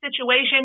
situation